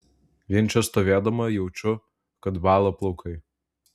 vien čia stovėdama jaučiu kad bąla plaukai